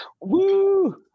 Woo